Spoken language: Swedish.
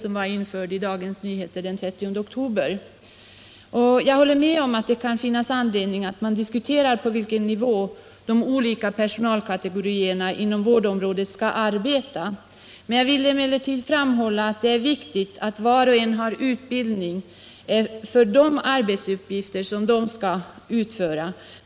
Om rätt för Jag håller med om att det kan finnas anledning att diskutera på vilken Sjuksköterskor nivå de olika personalkategorierna inom vårdområdet skall arbeta. Jag = att förskriva vill emellertid framhålla att det är viktigt att var och en har utbildning lugnande medel för de arbetsuppgifter man skall utföra.